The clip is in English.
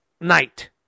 night